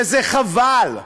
וזה חבל,